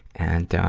and, um,